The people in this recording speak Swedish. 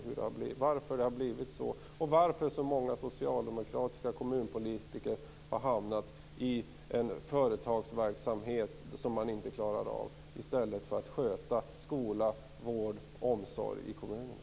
Varför har det blivit så, och varför har så många socialdemokratiska kommunpolitiker hamnat i en företagsverksamhet som de inte klarar av i stället för att sköta skola, vård och omsorg i kommunerna?